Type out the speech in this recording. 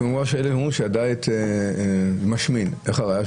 כמו אלה שאומרים שהדיאט משמין, ומה הראייה?